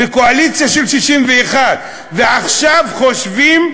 בקואליציה של 61. ועכשיו חושבים,